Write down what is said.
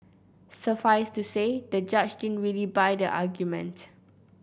suffice to say the judge didn't really buy the argument